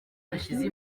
dushyize